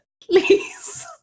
Please